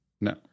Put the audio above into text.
No